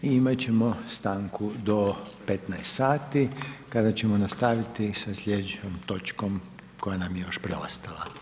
I imat ćemo stanku do 15,00 sati kada ćemo nastaviti sa slijedećom točkom koja nam je još preostala.